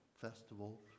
festival